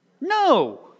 No